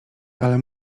ale